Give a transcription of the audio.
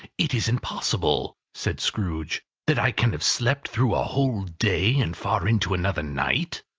it isn't possible, said scrooge, that i can have slept through a whole day and far into another night.